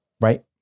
right